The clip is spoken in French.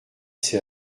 c’est